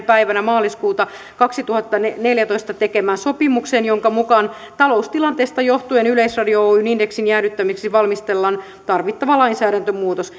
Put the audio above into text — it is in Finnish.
päivänä maaliskuuta kaksituhattaneljätoista tekemään sopimukseen jonka mukaan taloustilanteesta johtuen yleisradio oyn indeksin jäädyttämiseksi valmistellaan tarvittava lainsäädäntömuutos